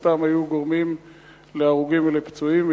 ומן הסתם היו גורמים להרוגים ולפצועים,